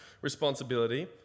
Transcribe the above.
responsibility